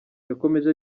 yakomeje